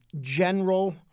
general